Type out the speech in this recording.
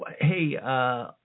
hey